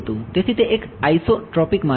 તેથી તે એક આઇસોટ્રોપિક માધ્યમ છે